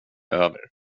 över